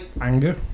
anger